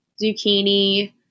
zucchini